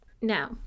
Now